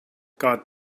god